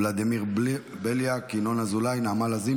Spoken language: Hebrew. אושרה בקריאה טרומית ותעבור לדיון,